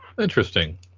Interesting